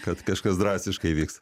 kad kažkas drastiškai vyks